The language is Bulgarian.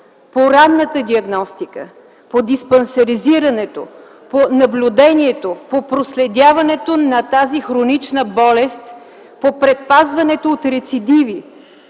по ранната диагностика, по диспансеризирането, по наблюдението, по проследяването на тази хронична болест, по предпазването от рецидиви!